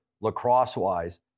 lacrosse-wise